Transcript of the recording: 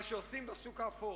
מה שעושים בשוק האפור.